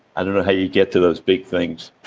i don't know how you get to those big things,